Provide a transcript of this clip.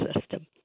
system